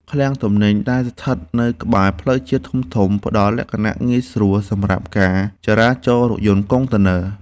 ឃ្លាំងទំនិញដែលស្ថិតនៅក្បែរផ្លូវជាតិធំៗផ្ដល់លក្ខណៈងាយស្រួលសម្រាប់ការចរាចររថយន្តកុងតឺន័រ។